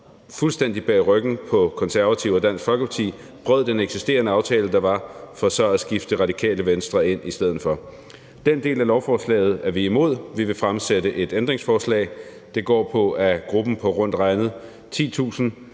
fuldstændig bag ryggen på Konservative og Dansk Folkeparti brød den eksisterende aftale, der var, for så at skifte Radikale Venstre ind i stedet for. Den del af lovforslaget er vi imod. Vi vil fremsætte et ændringsforslag. Det går på, at gruppen på rundt regnet 10.000,